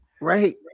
Right